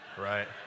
right